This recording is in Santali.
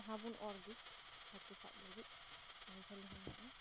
ᱡᱟᱦᱟᱸ ᱵᱚᱱ ᱚᱨᱜ ᱦᱟᱹᱠᱩ ᱥᱟᱵ ᱞᱟᱹᱜᱤᱫ ᱚᱱᱟ ᱡᱷᱟᱹᱞᱤ ᱦᱚᱸ ᱢᱮᱱᱟᱜᱼᱟ